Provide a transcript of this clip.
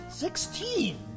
Sixteen